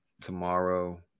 tomorrow